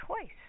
choice